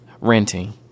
Renting